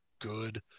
good